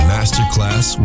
Masterclass